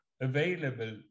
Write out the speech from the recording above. available